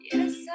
Yes